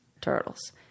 turtles